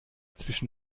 zwischen